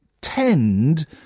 tend